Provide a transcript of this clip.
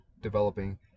developing